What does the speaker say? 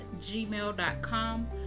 gmail.com